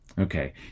Okay